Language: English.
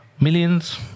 Millions